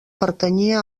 pertanyia